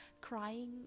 crying